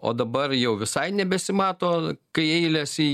o dabar jau visai nebesimato kai eilės į